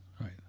right